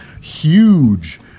huge